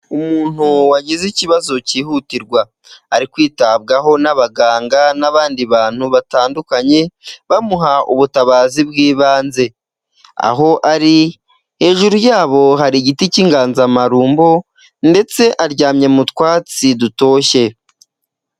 Umuntu wagize ikibazo cyihutirwa, ari kwitabwaho n'abaganga n'abandi bantu batandukanye, bamuha ubutabazi bw'ibanze. Aho ari, hejuru yabo hari igiti cy'inganzamarumbo ndetse aryamye mu twatsi dutoshye.